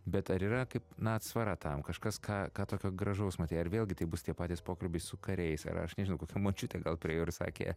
bet ar yra kaip na atsvara tam kažkas ką ką tokio gražaus matei ar vėlgi tai bus tie patys pokalbiai su kariais ar aš nežinau kokia močiutė gal priėjo ir sakė